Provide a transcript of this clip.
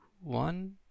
one